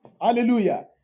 Hallelujah